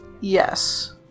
Yes